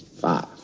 five